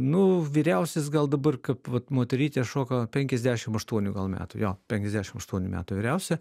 nu vyriausias gal dabar kap vat moterytė šoka penkiasdešim aštuonių gal metų jo penkiasdešim aštuonių metų vyriausia